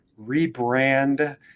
rebrand